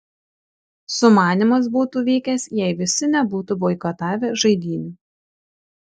sumanymas būtų vykęs jei visi nebūtų boikotavę žaidynių